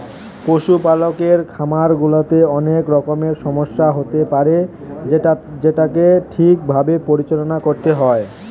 পশুপালকের খামার গুলাতে অনেক রকমের সমস্যা হতে পারে যেটোকে ঠিক ভাবে পরিচালনা করতে হয়